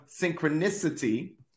synchronicity